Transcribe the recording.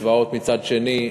בקצבאות מצד שני,